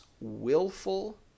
willful